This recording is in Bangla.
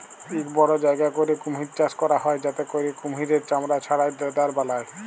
ইক বড় জায়গা ক্যইরে কুমহির চাষ ক্যরা হ্যয় যাতে ক্যইরে কুমহিরের চামড়া ছাড়াঁয় লেদার বালায়